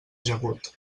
ajagut